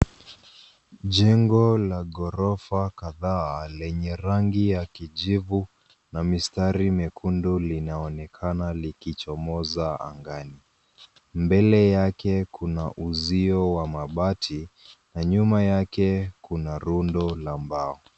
Jengo la ghorofa kadhaa lenye rangi ya kijivu na mistari mekundu linaonekana likichomoza angani. Mbele yake kuna uzio wa mabati, na nyuma yake kuna rundo la mbao.